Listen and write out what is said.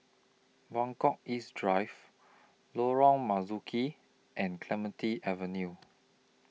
Buangkok East Drive Lorong Marzuki and Clementi Avenue